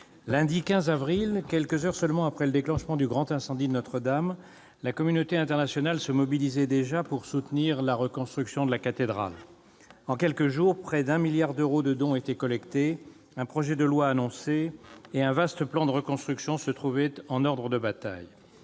lundi 15 avril, quelques heures seulement après le déclenchement du grand incendie de Notre-Dame, la communauté internationale se mobilisait déjà pour soutenir la reconstruction de la cathédrale. En quelques jours, près de 1 milliard d'euros de dons ont été collectés, un projet de loi annoncé et un vaste plan de reconstruction mis en ordre de bataille.